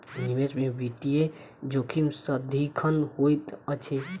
निवेश में वित्तीय जोखिम सदिखन होइत अछि